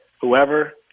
whoever